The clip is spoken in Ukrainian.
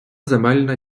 земельна